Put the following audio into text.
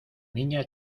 niña